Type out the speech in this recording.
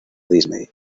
disney